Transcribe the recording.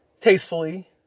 tastefully